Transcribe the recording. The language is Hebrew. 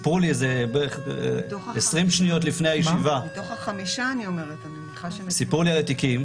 בערך 20 שניות לפני הישיבה סיפרו לי על התיקים.